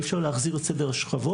אי אפשר להחזיר את סדר השכבות,